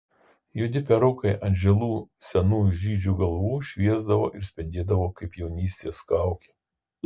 juodi perukai ant žilų senų žydžių galvų šviesdavo ir spindėdavo kaip jaunystės kaukė